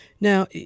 Now